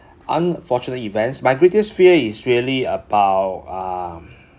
unfortunate events my greatest fear is really about um